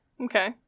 Okay